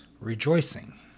rejoicing